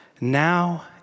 now